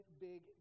big